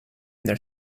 their